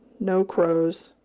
no crows,